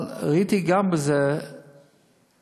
אבל ראיתי גם בזה אור,